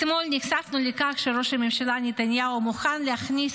אתמול נחשפנו לכך שראש הממשלה נתניהו מוכן להכניס